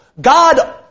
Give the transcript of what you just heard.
God